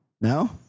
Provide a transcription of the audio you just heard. No